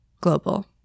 global